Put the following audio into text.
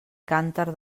cànter